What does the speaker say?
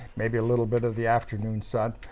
maybe a little bit of the afternoon sun.